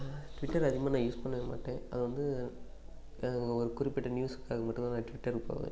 Twitter அதிகமாக நான் use பண்ணவே மாட்டேன் அது வந்து எனக்கு ஒரு குறிப்பிட்ட நியூஸ்க்காக மட்டும் தான் நான் ட்விட்டருக்கு போவேன்